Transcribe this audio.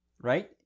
Right